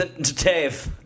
Dave